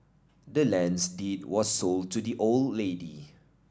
the land's deed was sold to the old lady